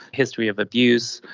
history of abuse,